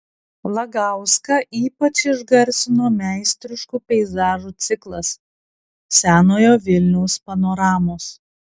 lagauską ypač išgarsino meistriškų peizažų ciklas senojo vilniaus panoramos